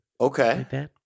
Okay